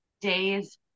days